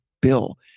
bill